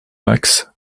max